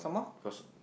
cause